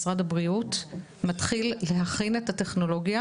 משרד הבריאות מתחיל להכין את הטכנולוגיה